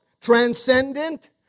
transcendent